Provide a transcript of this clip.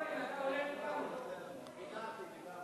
ויתרתי, ויתרתי.